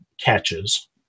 catches